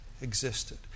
existed